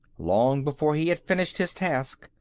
long before he had finished his task,